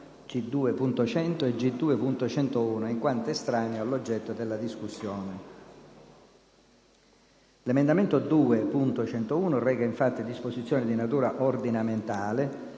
G2.100 e G2.101, in quanto estranei all'oggetto della discussione. L'emendamento 2.101 reca infatti disposizioni, di natura ordinamentale,